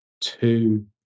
two